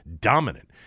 dominant